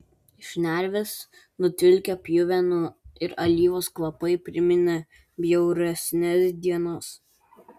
šnerves nutvilkę pjuvenų ir alyvos kvapai priminė bjauresnes dienas